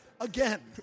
Again